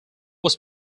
was